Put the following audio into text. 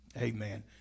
Amen